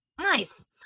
Nice